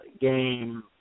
game